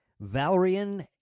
Valerian